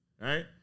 right